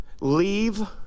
leave